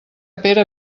pere